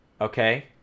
Okay